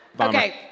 Okay